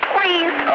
Please